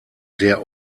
der